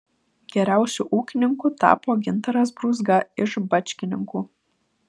geriausiu ūkininku tapo gintaras brūzga iš bačkininkų